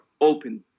open